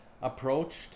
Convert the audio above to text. approached